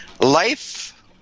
life